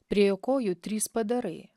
prie jo kojų trys padarai